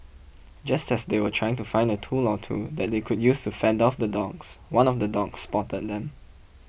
just as they were trying to find a tool or two that they could use to fend off the dogs one of the dogs spotted them